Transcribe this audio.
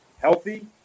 healthy